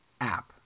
app